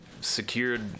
secured